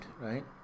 right